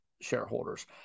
shareholders